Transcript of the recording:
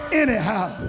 anyhow